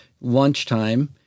lunchtime